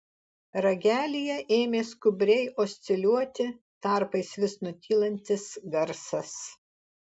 ragelyje ėmė skubriai osciliuoti tarpais vis nutylantis garsas